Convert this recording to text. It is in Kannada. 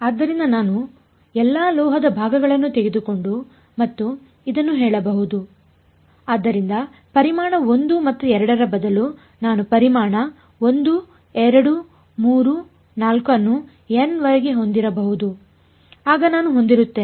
ಆದ್ದರಿಂದ ನಾನು ಎಲ್ಲಾ ಲೋಹದ ಭಾಗಗಳನ್ನು ತೆಗೆದುಕೊಂಡು ಮತ್ತು ಇದನ್ನು ಹೇಳಬಹುದು ಆದ್ದರಿಂದ ಪರಿಮಾಣ 1 ಮತ್ತು 2 ರ ಬದಲು ನಾನು ಪರಿಮಾಣ 1 2 3 4 ಅನ್ನು n ವರೆಗೆ ಹೊಂದಿರಬಹುದು ಆಗ ನಾನು ಹೊಂದಿರುತ್ತೇನೆ